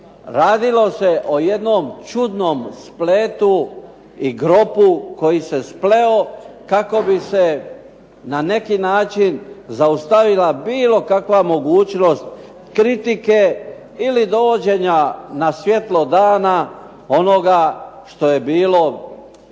Radilo se o jednom čudnom spletu i grobu koji se spleo kako bi se na neki način zaustavila bilo kakva mogućnost kritike ili dovođenja na svjetlo dna onoga što je bilo